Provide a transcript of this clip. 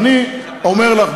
אני לא יכול להשיב ככה.